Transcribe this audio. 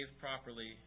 properly